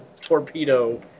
torpedo